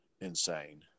insane